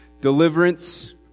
Deliverance